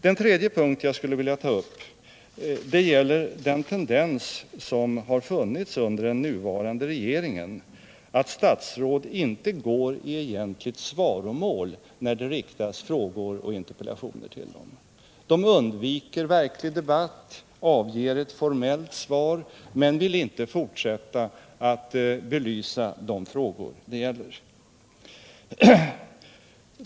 Den tredje punkt jag skulle vilja ta upp gäller den tendens som funnits under den nuvarande regeringen att statsråd inte egentligen går i svaromål när det riktas frågor och interpellationer till dem. De undviker verklig debatt, avger ett formellt svar men vill inte fortsätta att belysa de frågor det gäller.